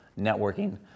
networking